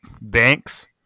banks